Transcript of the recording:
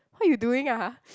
what you doing !huh!